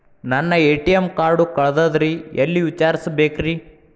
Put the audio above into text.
ನನ್ನ ATM card ಕಳದದ್ರಿ ಎಲ್ಲಿ ವಿಚಾರಿಸ್ಬೇಕ್ರಿ?